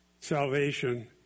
salvation